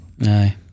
Aye